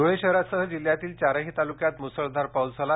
धुळे शहरासह जिल्ह्यातील चारही तालुक्यात मुसळधार पाऊस झाला